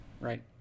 Right